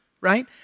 right